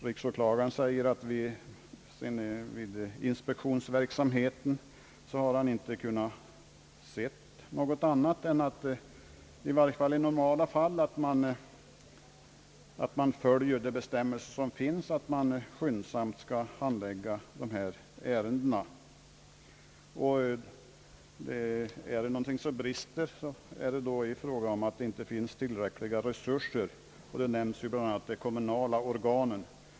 Riksåklagaren säger att han vid sin inspektionsverksamhet inte kunnat finna annat än att man i alla händelser i normala fall följer de bestämmelser som finns, att dessa ärenden skall handläggas skyndsamt. Brister någonting så beror det på att man saknar tillräckliga resurser. Här nämns bl.a. de kommunala organen.